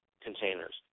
containers